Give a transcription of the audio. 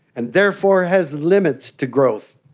and therefore has limits to growth.